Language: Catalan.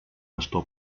bastó